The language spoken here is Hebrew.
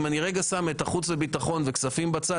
אם אני לרגע שם את חוץ וביטחון וכספים בצד